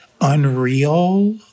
unreal